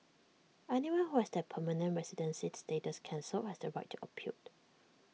anyone who has their permanent residency status cancelled has the right to appeal